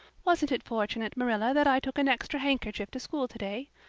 wasn't it fortunate, marilla, that i took an extra handkerchief to school today?